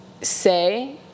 say